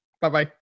Bye-bye